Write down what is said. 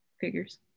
figures